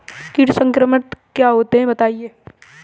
कीट संक्रमण क्या होता है बताएँ?